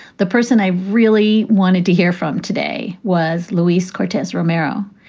the person i really wanted to hear from today was luis cortez romero.